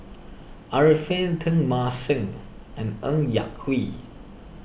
Arifin Teng Mah Seng and Ng Yak Whee